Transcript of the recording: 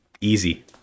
Easy